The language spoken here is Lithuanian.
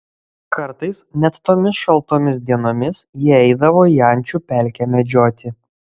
kartais net tomis šaltomis dienomis jie eidavo į ančių pelkę medžioti